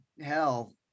hell